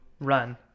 run